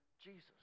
Jesus